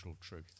truth